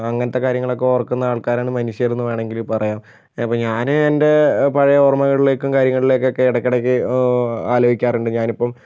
അങ്ങനത്തെ കാര്യങ്ങളൊക്കെ ഓർക്കുന്ന ആൾക്കാരാണ് മനുഷ്യർ എന്ന് വേണമെങ്കിൽ പറയാം അപ്പം ഞാൻ എൻ്റെ പഴയ ഓർമ്മകളിലേക്കും കാര്യങ്ങളിലേക്കൊക്കെ ഇടയ്ക്കിടയ്ക്ക് ഓ ആലോചിക്കാറുണ്ട് ഞാനിപ്പം